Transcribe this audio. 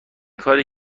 کاری